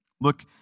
Look